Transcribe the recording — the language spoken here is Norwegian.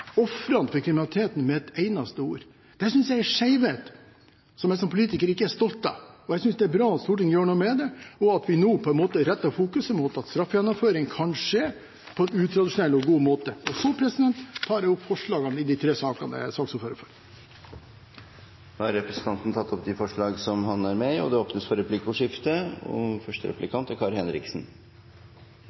ofrene for kriminaliteten med ett eneste ord. Det synes jeg er en skjevhet, som jeg som politiker ikke er stolt av. Jeg synes det er bra at Stortinget gjør noe med det, og at vi nå retter fokuset mot at straffegjennomføringen kan skje på en utradisjonell og god måte. Jeg tar opp forslagene i de tre sakene jeg er saksordfører for. Representanten Jan Arild Ellingsen tar opp de forslagene han refererte til. Det blir replikkordskifte. Først vil jeg si at jeg støtter Fremskrittspartiets omtale av Agder og samarbeidet der. Men jeg vil også inkludere ordføreren i Evje og